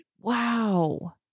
Wow